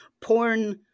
porn